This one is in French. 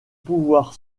pouvoir